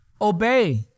Obey